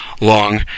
long